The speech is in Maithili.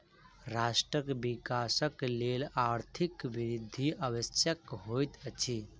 राष्ट्रक विकासक लेल आर्थिक वृद्धि आवश्यक होइत अछि